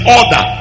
order